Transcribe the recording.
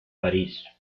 parís